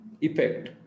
effect